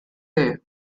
day